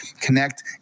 connect